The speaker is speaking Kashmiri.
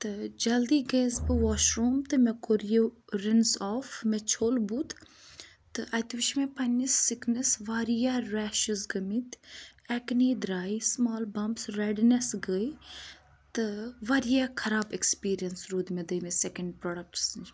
تہٕ جلدی گٔیَس بہٕ واشروٗم تہٕ مےٚ کوٚر یہِ رِنٕس آف مےٚ چھوٚل بُتھ تہٕ اَتہِ وٕچھ مےٚ پَنٛنِس سِکنَس واریاہ ریشِز گٔمٕتۍ اٮ۪کنی درٛاے سٕمال بَمپٕس رٮ۪ڈنٮ۪س گٔے تہٕ واریاہ خراب ایکٕسپیٖریَنٕس روٗد مےٚ دٔیمہِ سٮ۪کَنٛڈ پرٛوڈَکٹَس نِش